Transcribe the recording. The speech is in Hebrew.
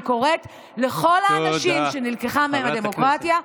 אני קוראת לכל האנשים שנלקחה מהם הדמוקרטיה,